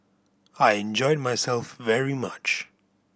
I enjoyed myself very much